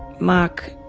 mark,